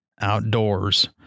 Outdoors